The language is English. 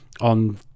on